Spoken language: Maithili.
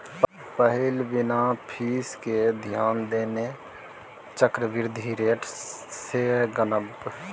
पहिल बिना फीस केँ ध्यान देने चक्रबृद्धि रेट सँ गनब